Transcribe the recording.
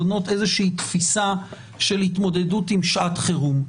בונות תפיסה של התמודדות עם שעת חירום.